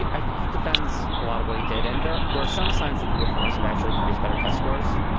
i think he defends a lot of what he did. and there there are some signs that the reforms have actually produce better test scores.